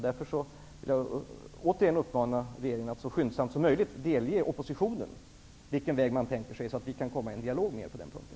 Därför vill jag återigen uppmana regeringen att så skyndsamt som möjligt delge oppositionen vilken väg man tänker sig, så att vi kan komma i en dialog med er på den punkten.